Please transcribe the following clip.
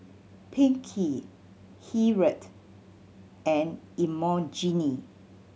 Pinkie Hilliard and Imogene